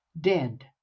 dead